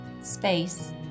space